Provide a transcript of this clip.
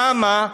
למה?